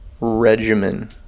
Regimen